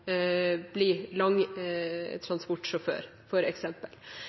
bli lang,